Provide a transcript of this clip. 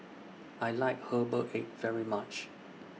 I like Herbal Egg very much